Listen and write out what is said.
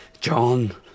John